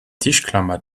tischklammer